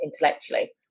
intellectually